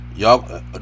Y'all